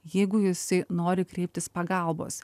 jeigu jisai nori kreiptis pagalbos